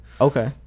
Okay